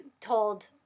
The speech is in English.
told